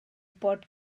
bod